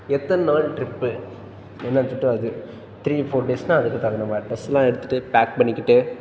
எத்தனை நாள் ட்ரிப்பு என்னென்னு சொல்லிட்டு அது த்ரீ ஃபோர் டேஸுனா அதுக்குத் தகுந்த மாதிரி ட்ரஸ் எல்லாம் எடுத்துட்டு பேக் பண்ணிக்கிட்டு